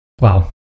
wow